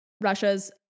Russia's